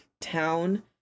town